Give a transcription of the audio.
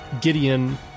Gideon